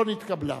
לא נתקבלה.